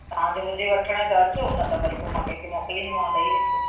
तव्हांजो हुजे वठण त अचो न त वरी पोइ मां कंहिंखे मोकिलींदीमांव ॾेई वेंदो